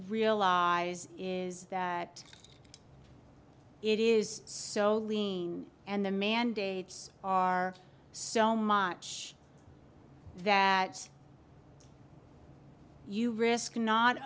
realize is that it is so lean and the mandates are so much that you risk